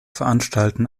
veranstalten